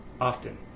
often